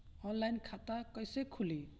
Online खाता कईसे खुलि?